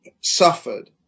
suffered